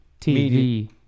TV